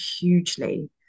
hugely